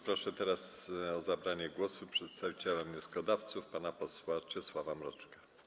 Proszę teraz o zabranie głosu przedstawiciela wnioskodawców pana posła Czesława Mroczka.